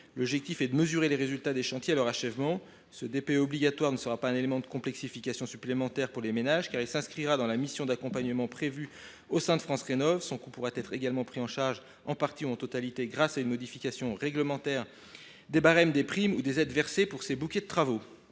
L’objectif est de mesurer les résultats des chantiers à leur achèvement. Ce DPE obligatoire ne sera pas un élément de complexification supplémentaire pour les ménages, car il s’inscrira dans la mission d’accompagnement prévue au sein de France Rénov’. Son coût pourra être également pris en charge, en partie ou en totalité, grâce à une modification réglementaire des barèmes des primes ou des aides versées pour ces bouquets de travaux.